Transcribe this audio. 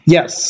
Yes